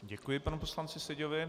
Děkuji panu poslanci Seďovi.